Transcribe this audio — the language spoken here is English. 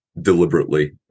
deliberately